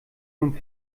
nun